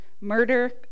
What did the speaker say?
murder